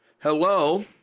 Hello